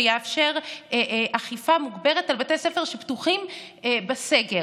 שיאפשרו אכיפה מוגברת על בתי ספר שפתוחים בסגר.